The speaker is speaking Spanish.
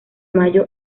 mayo